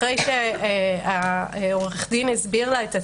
הנפגעת, אחרי שעורך הדין הסביר לה את התהליך,